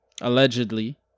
allegedly